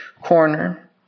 corner